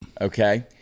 okay